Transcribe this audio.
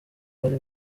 bari